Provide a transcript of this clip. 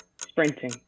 Sprinting